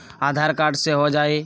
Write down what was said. आधार card से हो जाइ?